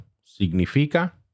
significa